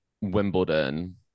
Wimbledon